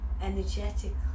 energetically